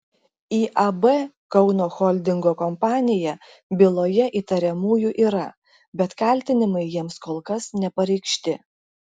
iab kauno holdingo kompanija byloje įtariamųjų yra bet kaltinimai jiems kol kas nepareikšti